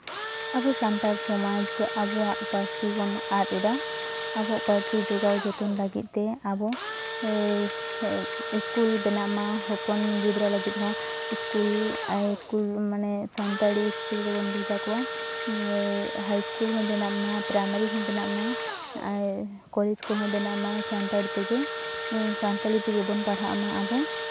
ᱟᱵᱚ ᱥᱟᱱᱛᱟᱲ ᱥᱚᱢᱟᱡᱽ ᱟᱵᱚᱣᱟᱜ ᱯᱟᱹᱨᱥᱤ ᱵᱚᱱ ᱟᱫ ᱮᱫᱟ ᱟᱵᱚᱣᱟᱜ ᱯᱟᱹᱨᱥᱤ ᱡᱚᱜᱟᱣ ᱡᱚᱛᱚᱱ ᱞᱟᱹᱜᱤᱫᱛᱮ ᱟᱵᱚ ᱤᱥᱠᱩᱞ ᱵᱮᱱᱟᱜᱼᱢᱟ ᱦᱚᱯᱚᱱ ᱜᱤᱫᱽᱨᱟᱹ ᱞᱟᱹᱜᱤᱫ ᱦᱚᱸ ᱤᱥᱠᱩᱞ ᱦᱟᱭ ᱤᱥᱠᱩᱞ ᱢᱟᱱᱮ ᱥᱟᱱᱛᱟᱲᱤ ᱤᱥᱠᱩᱞ ᱨᱮᱵᱚᱱ ᱵᱷᱮᱡᱟ ᱠᱚᱣᱟ ᱦᱟᱭ ᱤᱥᱠᱩᱞ ᱦᱚᱸ ᱵᱮᱱᱟᱜᱼᱢᱟ ᱯᱨᱟᱭᱢᱟᱨᱤ ᱦᱚᱸ ᱵᱮᱱᱟᱜ ᱢᱟ ᱠᱚᱞᱮᱡᱽ ᱠᱚᱦᱚᱸ ᱵᱮᱱᱟᱜᱼᱢᱟ ᱥᱟᱱᱛᱟᱲ ᱛᱮᱜᱮ ᱥᱟᱱᱛᱟᱞᱤ ᱛᱮᱜᱮ ᱵᱚᱱ ᱯᱟᱲᱦᱟᱜᱼᱢᱟ ᱟᱵᱚ